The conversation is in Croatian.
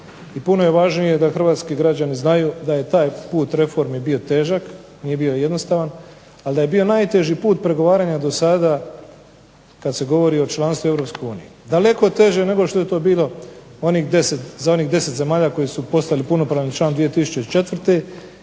puno je važnije da hrvatski građani znaju da je taj put reformi bio težak, nije bio jednostavan, ali da je bio najteži put pregovaranja do sada kad se govori o članstvu u Europskoj uniji. Daleko teže nego što je to bilo za onih 10 zemalja koje su postali punopravni članovi 2004.